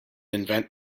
invent